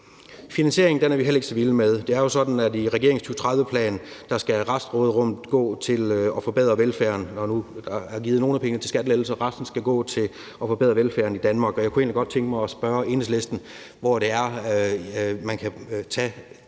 Finansieringen er vi heller ikke så vilde med. Det er jo sådan, at i regeringens 2030-plan skal restråderummet gå til at forbedre velfærden, når nu der er givet nogle af pengene til skattelettelser. Resten skal gå til at forbedre velfærden i Danmark, og jeg kunne egentlig godt tænke mig at spørge Enhedslisten, hvor det er, man kan tage